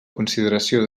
consideració